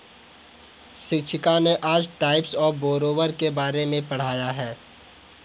शिक्षिका ने आज टाइप्स ऑफ़ बोरोवर के बारे में पढ़ाया है